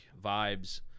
vibes